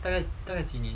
大概大概几年